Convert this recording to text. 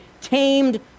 tamed